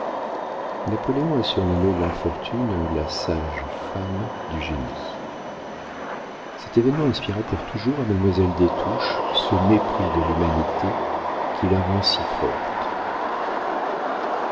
napoléon a surnommé l'infortune la sage-femme du génie cet événement inspira pour toujours à mademoiselle des touches ce mépris de l'humanité qui la rend si forte